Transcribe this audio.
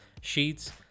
Sheets